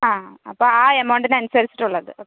ആ അപ്പോൾ ആ എമൗണ്ട്ന് അനുസരിച്ചിട്ടുള്ളത് ഓക്കേ